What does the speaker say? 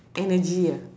energy ah